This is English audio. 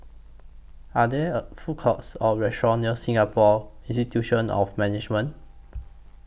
Are There A Food Courts Or restaurants near Singapore Institute of Management